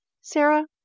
Sarah